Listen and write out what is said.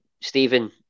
Stephen